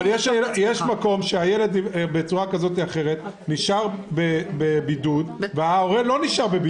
אבל יכול להיות שהילד נשאר בבידוד וההורה לא נשאר בבידוד.